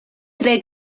tre